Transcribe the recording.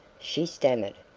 she stammered.